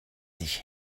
sich